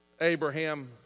Abraham